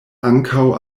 ankaŭ